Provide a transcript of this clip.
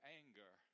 anger